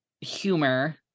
humor